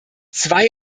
zwei